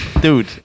dude